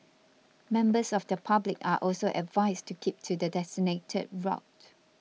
members of the public are also advised to keep to the designated route